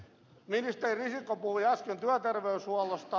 ministeri risikko puhui äsken työterveyshuollosta